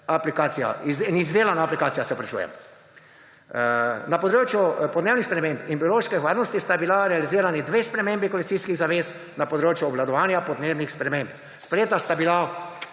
Sloveniji in izdelana aplikacija. Na področju podnebnih sprememb in biološke varnosti sta bili realizirani dve spremembi koalicijskih zavez na področju obvladovanja podnebnih sprememb. Sprejeta sta bila